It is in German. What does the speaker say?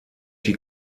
die